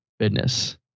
Goodness